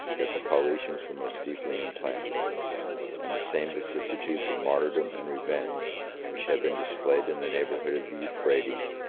that the paulicians were most deeply implanted and the same vicissitudes of martyrdom and revenge which had been displayed in the neighborhood of the euphrates,